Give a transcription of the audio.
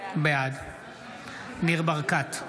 בעד ניר ברקת,